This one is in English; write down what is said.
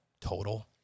total